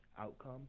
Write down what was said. outcome